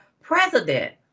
president